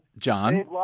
John